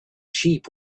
sheep